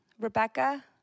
Rebecca